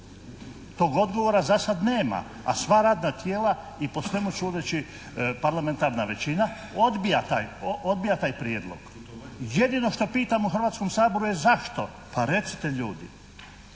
Tog odgovora zasad nema, a sva radna tijela i po svemu sudeći parlamentarna većina odbija taj prijedlog. Jedino što pitam u Hrvatskom saboru je zašto? Pa recite ljudi.